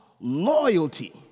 loyalty